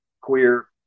queer